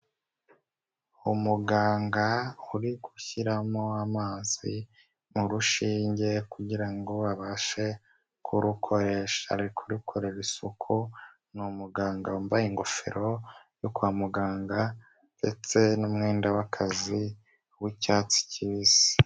Umuganga uri gushyiramo amazi mu urushinge kugira ngo abashe kurukoresha, arikurukorera isuku, ni umuganga wambaye ingofero yo kwa muganga ndetse n'umwenda w'akazi w'icyatsi kibisi.